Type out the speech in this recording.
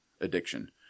addiction